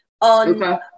on